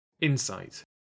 Insight